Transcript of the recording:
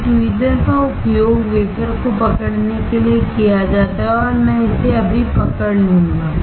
एक ट्वीज़र का उपयोग वेफर को पकड़ने के लिए किया जाता है और मैं इसे अभी पकड़ लूंगा